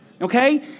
Okay